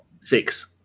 six